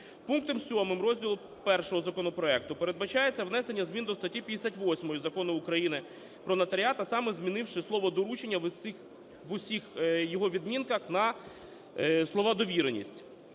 Пунктом 7 розділу І законопроекту передбачається внесення змін до статті 58 Закону України "Про нотаріат", а саме змінивши слово "доручення" в усіх його відмінках на слово "довіреність".